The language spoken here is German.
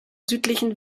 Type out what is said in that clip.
südlichen